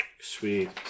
Sweet